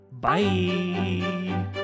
Bye